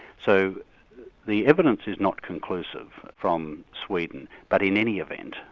so the evidence is not conclusive from sweden, but in any event,